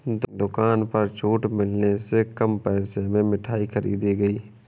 दुकान पर छूट मिलने से कम पैसे में मिठाई खरीदी गई